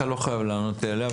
אתה לא חייב לענות לי עליה,